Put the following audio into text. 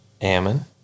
Ammon